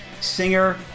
singer